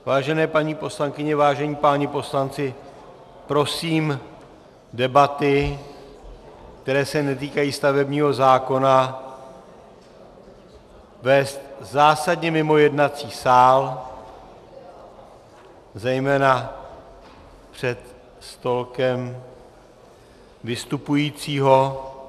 Vážené paní poslankyně, vážení páni poslanci, prosím, debaty, které se netýkají stavebního zákona, vést zásadně mimo jednací sál zejména před stolkem vystupujícího...